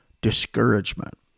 discouragement